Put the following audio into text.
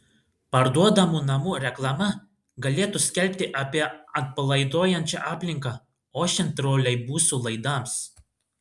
parduodamų namų reklama galėtų skelbti apie atpalaiduojančią aplinką ošiant troleibusų laidams